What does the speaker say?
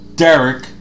Derek